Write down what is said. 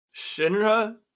Shinra